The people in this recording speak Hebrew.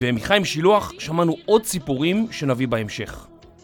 ומחיים שילוח שמענו עוד ציפורים שנביא בהמשך